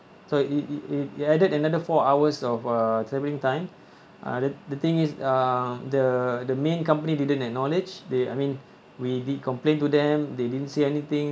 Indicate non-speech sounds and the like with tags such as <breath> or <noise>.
so it it it added another four hours of uh travelling time <breath> uh the the thing is uh the the main company didn't acknowledge they I mean we did complain to them they didn't say anything